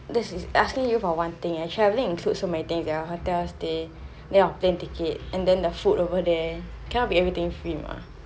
this is asking you for one thing leh travelling includes so many things leh the hotels then your plane ticket and then the food over then cannot be everything free mah